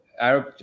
Arab